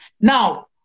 Now